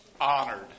honored